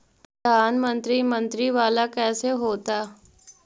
प्रधानमंत्री मंत्री वाला कैसे होता?